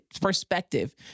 perspective